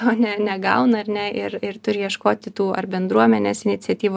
o ne negauna ar ne ir ir turi ieškoti tų ar bendruomenės iniciatyvų